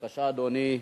בבקשה, אדוני,